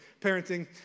parenting